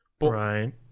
Right